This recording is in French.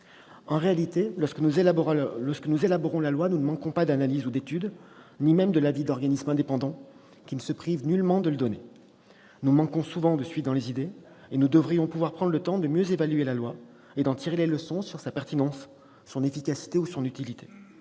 En réalité, lorsque nous élaborons la loi, nous ne manquons pas d'analyses ou d'études, ni même de l'avis d'organismes indépendants, qui ne se privent nullement de le donner. Nous manquons souvent de suite dans les idées. Nous devrions pouvoir prendre le temps de mieux évaluer la loi et d'en tirer les leçons quant à sa pertinence, à son efficacité ou à son utilité.